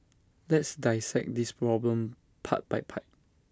let's dissect this problem part by part